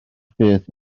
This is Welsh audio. beth